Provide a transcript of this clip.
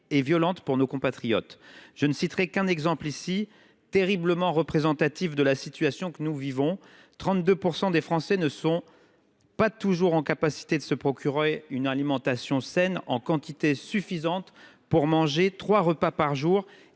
et violentes pour nos compatriotes. Je ne citerai qu’un exemple, terriblement représentatif de la situation que nous vivons : 32 % des Français ne sont pas toujours en mesure de se procurer une alimentation saine en quantité suffisante pour manger trois repas par jour,